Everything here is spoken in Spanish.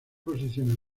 posiciones